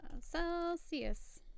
celsius